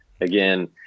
again